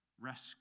rescue